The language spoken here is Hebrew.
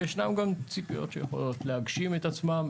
וישנם גם ציפיות שיכולות להגשים את עצמן.